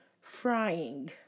frying